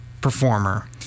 performer